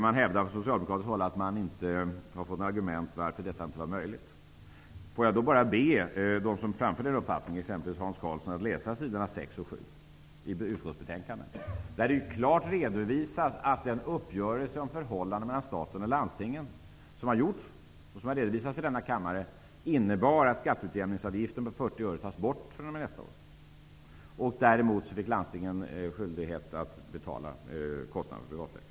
Man hävdar från socialdemokratiskt håll att man inte har fått något argument för varför detta inte är möjligt. Får jag bara be dem som framförde den uppfattningen, exempelvis Hans Karlsson, att läsa s. 6 och 7 i utskottsbetänkandet. Där redovisas klart att uppgörelsen om förhållandena mellan staten och landstingen, som har redovisats för denna kammare, innebär att skatteutjämningsavgiften på 40 öre tas bort fr.o.m. nästa år. Däremot får landstingen skyldighet att betala kostnaderna för privatläkarna.